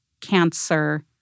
Cancer